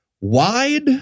Wide